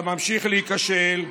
אתה ממשיך להיכשל,